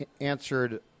answered